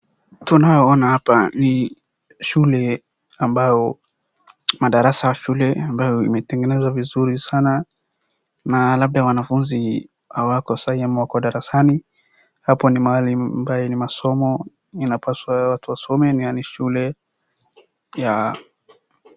Ni shule ambayo madarasa yametengenezwa vizuri sana na labda wanafunzi hawako sai ama wako darasani, hapo ni mahali ambaye masomo inapaswa watu wasome yaani shule ya...